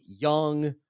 young